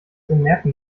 bemerken